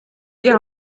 die